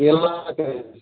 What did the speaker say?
केला कैसे